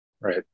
Right